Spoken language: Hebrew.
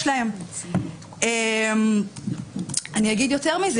אני אגיד יותר מזה.